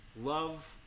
love